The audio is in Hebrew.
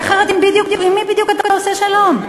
כי אחרת עם מי בדיוק אתה עושה שלום?